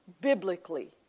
biblically